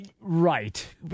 Right